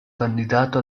candidato